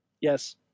Yes